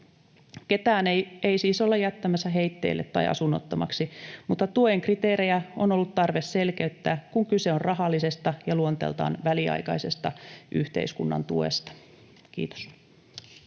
Ketään ei siis olla jättämässä heitteille tai asunnottomaksi, mutta tuen kriteerejä on ollut tarve selkeyttää, kun kyse on rahallisesta ja luonteeltaan väliaikaisesta yhteiskunnan tuesta. — Kiitos.